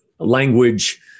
language